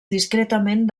discretament